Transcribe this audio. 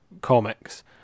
comics